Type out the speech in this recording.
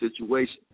situation